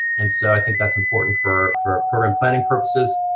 and so i think that's important for for program planning purposes.